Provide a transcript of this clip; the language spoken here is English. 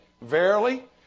Verily